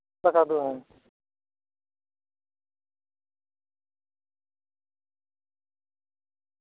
ᱴᱟᱠᱟ ᱫᱤᱭᱮ ᱦᱩᱸ